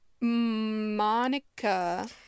Monica